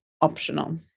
optional